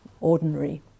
ordinary